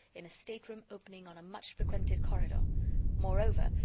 in a stateroom opening on a much frequented corridor moreover,